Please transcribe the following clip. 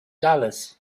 dallas